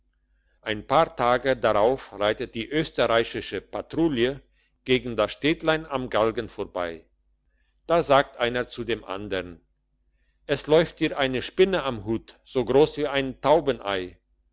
ein paar tage darauf reitet die österreichische patrouille gegen das städtlein am galgen vorbei da sagt einer zu dem andern es läuft dir eine spinne am hut so gross wie ein taubenei